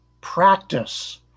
practice